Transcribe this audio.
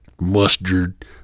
mustard